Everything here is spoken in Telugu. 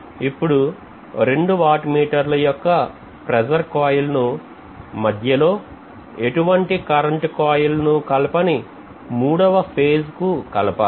ఇప్పుడు రెండు వాట్ మీటర్ల యొక్క ప్రెజర్ కాయిల్ ను మధ్యలో ఉన్న ఎటువంటి కరెంట్ కాయిల్ ను కలపని మూడవ ఫేజ్ కు కలపాలి